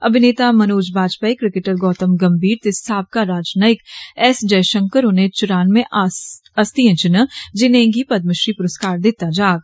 अभिनेता मनोज बाजपेई क्रिकेटयर गोतम गंभीर दे साबका राजनियक एस जयकिश्ण उने चुरानमें हस्तियें च न जिनेंगी पदम श्री पुरस्कार दिता जाग